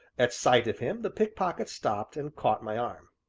at sight of him the pickpocket stopped and caught my arm.